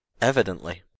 Evidently